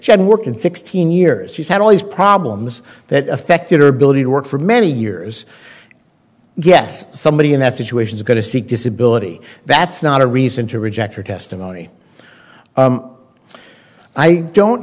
she had worked in sixteen years she's had all these problems that affected her ability to work for many years yes somebody in that situation is going to see disability that's not a reason to reject her testimony i don't